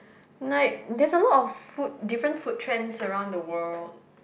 like there's a lot of food different food trends around the world